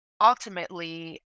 ultimately